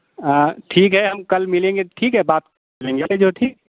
ठीक है हम कल मिलेंगे ठीक है बात करेंगे बाकी जो है ठीक है